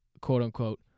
quote-unquote